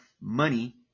money